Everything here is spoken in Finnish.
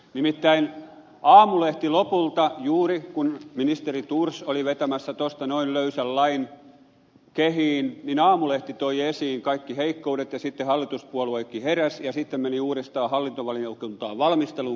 nimittäin aamulehti lopulta juuri kun ministeri thors oli vetämässä tosta noin löysän lain kehiin toi esiin kaikki heikkoudet ja sitten hallituspuolueetkin heräsivät ja sitten meni uudestaan hallintovaliokuntaan valmisteluun koko juttu